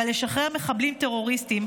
אבל לשחרר מחבלים טרוריסטים,